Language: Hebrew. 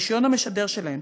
רישיון המשדר שלהן,